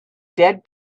dead